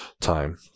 time